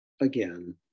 again